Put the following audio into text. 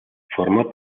formó